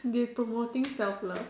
they promoting self love